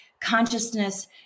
consciousness